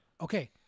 Okay